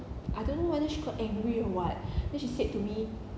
I don't know whether she got angry or what then she said to me